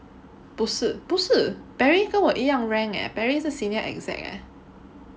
不是不是 Perry 跟我一样 rank eh Perry 是 senior exec eh